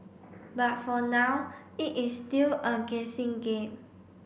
but for now it is still a guessing game